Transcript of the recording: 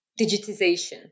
digitization